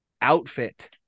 outfit